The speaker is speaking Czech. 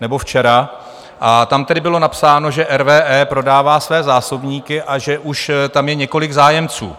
nebo včera, a tam bylo napsáno, že RWE prodává své zásobníky a že už tam je několik zájemců.